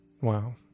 Wow